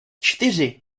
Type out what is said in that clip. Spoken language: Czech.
čtyři